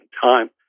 Time